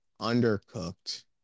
undercooked